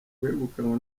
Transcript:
wegukanywe